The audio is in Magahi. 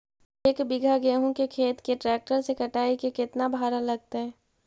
एक बिघा गेहूं के खेत के ट्रैक्टर से कटाई के केतना भाड़ा लगतै?